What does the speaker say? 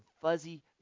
fuzzy